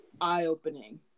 eye-opening